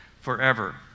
forever